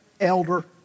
elder